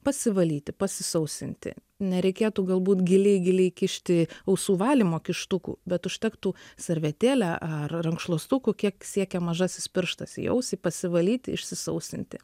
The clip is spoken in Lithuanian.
pasivalyti pasisausinti nereikėtų galbūt giliai giliai kišti ausų valymo kištukų bet užtektų servetėle ar rankšluostuku kiek siekia mažasis pirštas į ausį pasivalyti išsisausinti